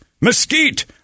mesquite